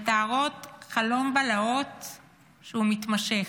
מתארות חלום בלהות מתמשך,